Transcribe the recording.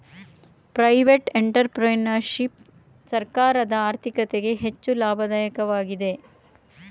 private entrepreneurship ಸರ್ಕಾರದ ಆರ್ಥಿಕತೆಗೆ ಹೆಚ್ಚು ಲಾಭದಾಯಕವಾಗಿದೆ